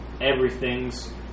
everything's